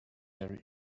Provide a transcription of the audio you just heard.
there